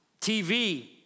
TV